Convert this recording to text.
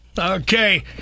Okay